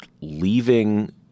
leaving